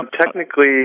Technically